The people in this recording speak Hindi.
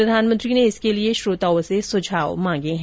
प्रधानमंत्री ने इसके लिए श्रोताओं से सुझाव मांगे हैं